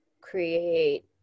create